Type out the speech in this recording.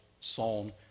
psalm